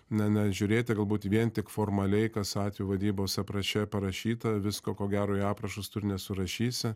na nežiūrėti galbūt vien tik formaliai kas atvejo vadybos apraše parašyta visko ko gero į aprašus tu ir nesurašysi